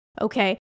okay